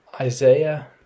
Isaiah